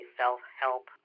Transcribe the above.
self-help